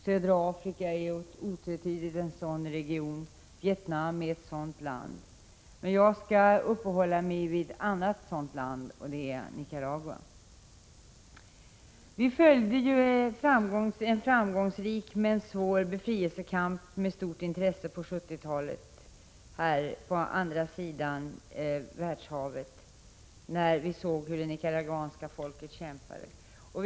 Södra Afrika är otvetydigt en sådan region och Vietnam ett sådant land. Jag skall uppehålla mig vid situationen i ett annat sådant land, nämligen Nicaragua. Vi följde på 1970-talet med stort intresse en framgångsrik men svår befrielsekamp i Nicaragua på andra sidan av världshavet.